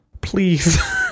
please